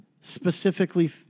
specifically